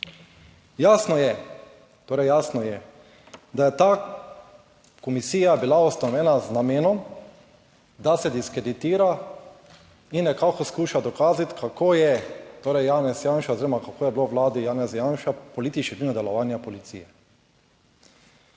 Jasno je, torej jasno je, da je ta komisija bila ustanovljena z namenom, da se diskreditira in nekako skuša dokazati, kako je torej Janez Janša oziroma kako je bilo v vladi Janeza Janše političnim delovanja policije.